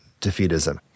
defeatism